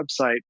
website